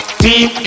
deep